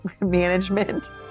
management